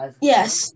Yes